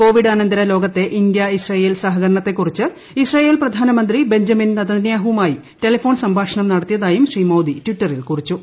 കോവിഡാനന്തര ലോകത്തെ India Israel സഹകരണത്തെക്കുറിച്ച് ഇസ്രായേൽ പ്രധാനമന്ത്രി ബെഞ്ചമിൻ നെതന്യാഹുവുമായി ടെലിഫോൺ സംഭാഷണം നടത്തിയതായും ശ്രീ മോദി ട്വിറ്ററിൽ കുറിച്ചു